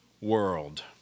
world